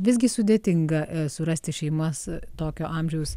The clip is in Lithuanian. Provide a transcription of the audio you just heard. visgi sudėtinga surasti šeimas tokio amžiaus